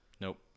Nope